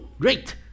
great